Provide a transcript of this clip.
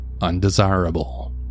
undesirable